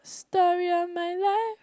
story of my life